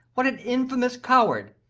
what an infamous coward!